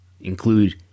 include